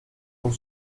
por